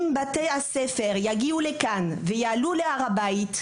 אם בתי הספר יגיעו לכאן ויעלו להר הבית,